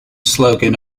slogan